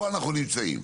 פה אנחנו נמצאים,